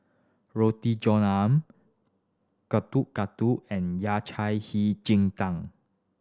Roti John Ayam Getuk Getuk and Yao Cai jin tang